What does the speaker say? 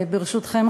ברשותכם,